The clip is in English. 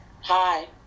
Hi